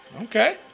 Okay